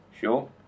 Sure